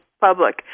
public